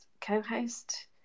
co-host